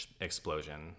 explosion